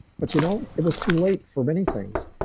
but you know it was too late for many things.